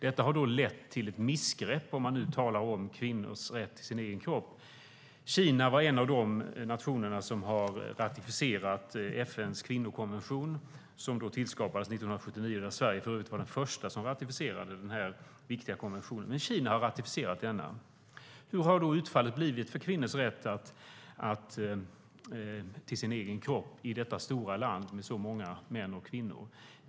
Detta har lett till ett missgrepp, när vi nu talar om kvinnors rätt till sin egen kropp. Kina var en av de nationer som ratificerade FN:s kvinnokonvention som tillskapades 1979. Sverige var för övrigt den första nationen som ratificerade denna viktiga konvention. Kina har alltså ratificerat den konventionen. Hur har då utfallet blivit för kvinnors rätt till sin egen kropp i detta stora land med så många män och kvinnor?